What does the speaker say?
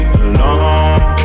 alone